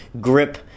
grip